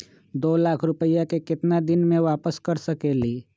दो लाख रुपया के केतना दिन में वापस कर सकेली?